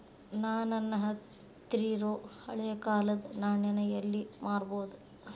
ನಾ ನನ್ನ ಹತ್ರಿರೊ ಹಳೆ ಕಾಲದ್ ನಾಣ್ಯ ನ ಎಲ್ಲಿ ಮಾರ್ಬೊದು?